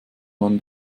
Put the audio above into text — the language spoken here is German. man